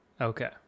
Okay